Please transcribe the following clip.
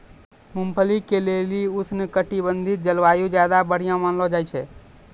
मूंगफली के लेली उष्णकटिबंधिय जलवायु ज्यादा बढ़िया मानलो जाय छै